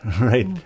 right